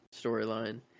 storyline